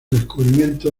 descubrimiento